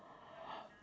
pardon